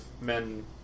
men